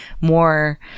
more